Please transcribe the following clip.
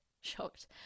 shocked